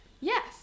Yes